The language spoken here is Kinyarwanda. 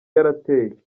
yarateye